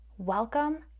Welcome